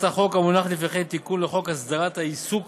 מס' 4). בהצעת החוק המונחת לפניכם תיקון לחוק הסדרת העיסוק